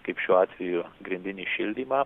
kaip šiuo atveju grindinį šildymą